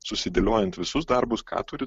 susidėliojant visus darbus ką turi